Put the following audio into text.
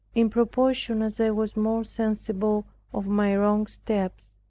in proportion as i was more sensible of my wrong steps,